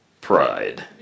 Pride